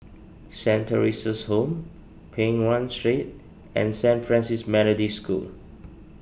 Saint theresa's Home Peng Nguan Street and Saint Francis Methodist School